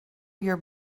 your